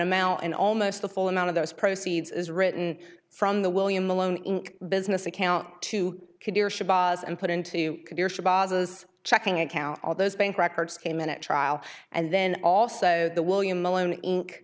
amount and almost the full amount of those proceeds is written from the william alone inc business account to put into checking account all those bank records came in at trial and then also the william malone in